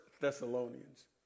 Thessalonians